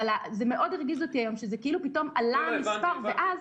אבל מאוד הרגיז אותי היום שכאילו פתאום עלה המספר ואז